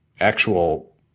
actual